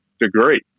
degree